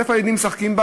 אז איפה הילדים משחקים?